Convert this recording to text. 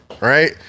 Right